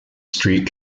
street